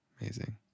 Amazing